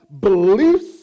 beliefs